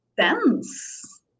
dance